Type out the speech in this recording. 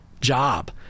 job